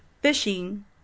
fishing